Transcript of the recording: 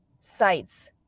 sites